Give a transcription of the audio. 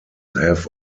have